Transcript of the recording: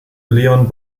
leon